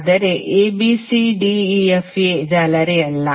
ಆದರೆ Abcdefa ಜಾಲರಿಯಲ್ಲ